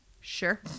Sure